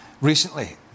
recently